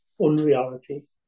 unreality